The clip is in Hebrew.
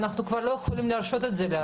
אנחנו כבר לא יכולים להרשות את זה לעצמנו.